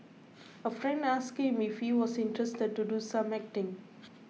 a friend asked him if he was interested to do some acting